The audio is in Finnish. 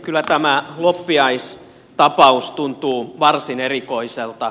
kyllä tämä loppiaistapaus tuntuu varsin erikoiselta